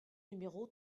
numéro